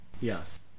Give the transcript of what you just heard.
Yes